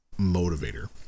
motivator